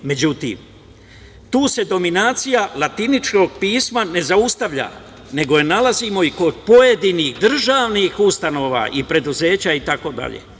Međutim, tu se dominacija latiničnog pisma ne zaustavlja, nego je nalazimo i kod pojedinih državnih ustanova i preduzeća itd.